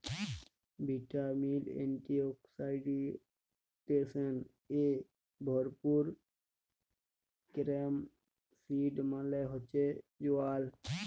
vitamin, antioxidants এ ভরপুর carom seed মালে হচ্যে জয়াল